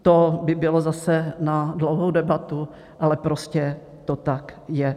To by bylo zase na dlouhou debatu, ale prostě to tak je.